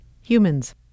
humans